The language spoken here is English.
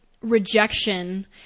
rejection